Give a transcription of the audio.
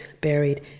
buried